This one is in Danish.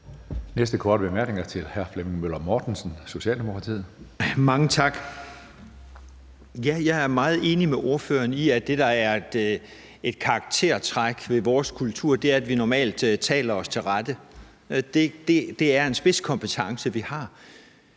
næste korte bemærkning er til hr. Flemming Møller Mortensen, Socialdemokratiet. Kl. 12:07 Flemming Møller Mortensen (S): Mange tak. Ja, jeg er meget enig med ordføreren i, at det, der er et karaktertræk ved vores kultur, er, at vi normalt taler os til rette. Det er en spidskompetence, vi har.